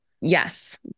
yes